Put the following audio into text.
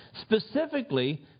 specifically